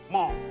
More